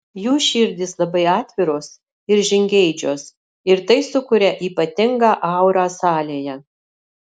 jų širdys labai atviros ir žingeidžios ir tai sukuria ypatingą aurą salėje